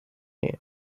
name